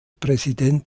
präsident